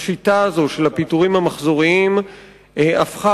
השיטה הזו של הפיטורים המחזוריים הפכה